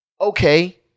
okay –